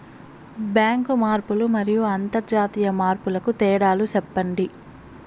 Bank మార్పులు మరియు అంతర్జాతీయ మార్పుల కు తేడాలు సెప్పండి?